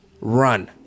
run